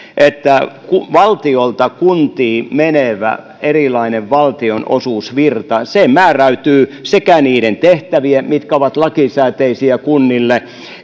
että valtiolta kuntiin menevä valtionosuusvirta määräytyy sekä niiden tehtävien kautta mitkä ovat lakisääteisiä kunnille